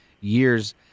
years